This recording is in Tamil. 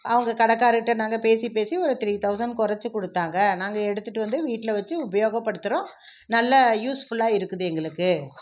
அவங்க கடைகாரர்கிட்ட நாங்கள் பேசி பேசி ஒரு த்ரீ தௌசண்ட் குறைச்சி கொடுத்தாங்க நாங்கள் எடுத்துகிட்டு வந்து வீட்டில் வச்சு உபயோகப்படுத்துகிறோம் நல்லா யூஸ்ஃபுல்லாக இருக்குது எங்களுக்கு